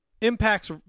Impact's